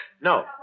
No